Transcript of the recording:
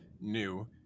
new